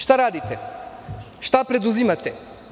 Šta radite, šta preduzimate?